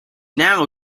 now